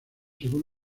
según